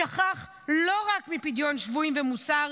שכח לא רק מפדיון שבויים ומוסר,